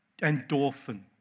Endorphin